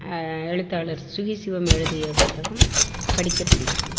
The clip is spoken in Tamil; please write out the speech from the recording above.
எழுத்தாளர் சுகிசிவம் எழுதிய புத்தகம் படிக்க பிடிக்கும்